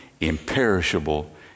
imperishable